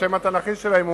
השם התנ"כי שלהם,